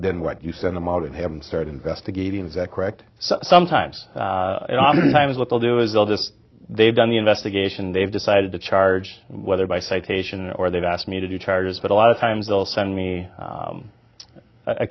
then what you send them out of him start investigating is that correct so sometimes times what they'll do is they'll just they've done the investigation they've decided to charge whether by citation or they've asked me to do charges but a lot of times they'll send me